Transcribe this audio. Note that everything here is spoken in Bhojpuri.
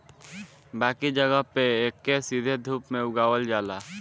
बाकी जगह पे एके सीधे धूप में उगावल जाला